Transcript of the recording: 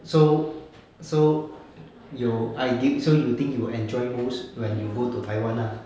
so so you idea~ so you think you will enjoy most when you go to taiwan lah